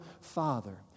Father